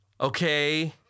Okay